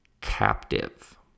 captive